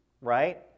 right